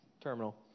Terminal